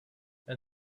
and